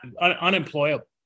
unemployable